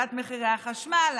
הורדת מחירי החשמל,